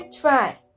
try